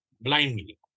Blindly